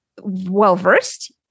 well-versed